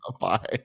Bye